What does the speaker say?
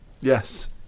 Yes